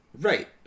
Right